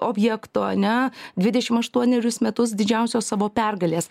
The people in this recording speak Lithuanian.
objekto ane dvidešimt aštuonerius metus didžiausios savo pergalės